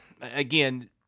again